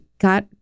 got